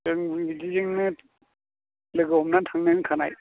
जोंबो बिदिजोंनो लोगो हमनानै थांनो होनखानाय